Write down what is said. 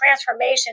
transformation